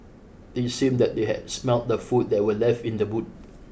it seemed that they had smelt the food that were left in the boot